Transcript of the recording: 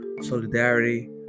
solidarity